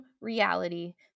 reality